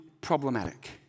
problematic